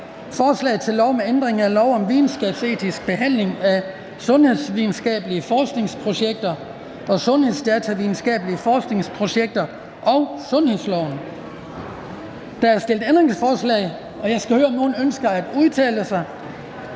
Forslag til lov om ændring af lov om videnskabsetisk behandling af sundhedsvidenskabelige forskningsprojekter og sundhedsdatavidenskabelige forskningsprojekter og sundhedsloven. (Smidigere rammer for sundhedsforskning og mere information og